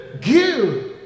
give